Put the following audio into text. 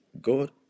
God